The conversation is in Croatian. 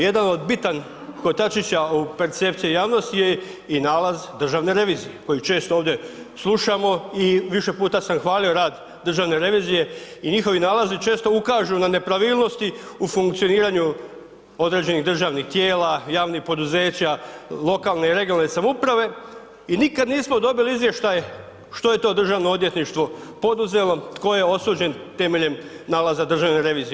Jedan od bitan od kotačića u percepciji javnosti je i nalaz državne revizije koji često ovdje slušamo i više puta sam hvalio rad Državne revizije i njihovi nalazi često ukažu na nepravilnosti u funkcioniranju određenih državnih tijela, javnih poduzeća, lokalne i regionalne samouprave i nikad nismo dobili izvještaj što je to državnog odvjetništvo poduzelo, tko je osuđen temeljem nalaza državne revizije.